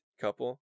couple